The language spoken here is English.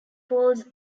falls